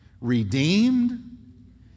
redeemed